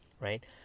right